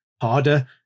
harder